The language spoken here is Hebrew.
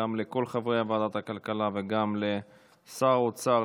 וגם לכל חברי ועדת הכלכלה וגם לשר האוצר,